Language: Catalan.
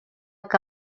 que